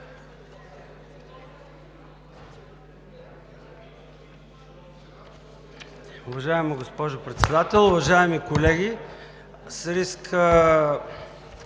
Уважаема госпожо Председател, уважаеми колеги! С риск